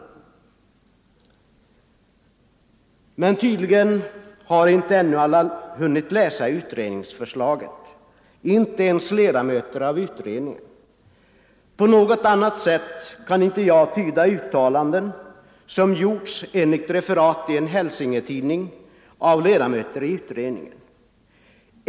Men tydligen har alla ännu inte hunnit läsa utredningsförslaget, inte ens alla ledamöter av utredningen. På något annat sätt kan jag inte tyda uttalanden som enligt ett referat i en Hälsingetidning gjorts av ledamöter av utredningen.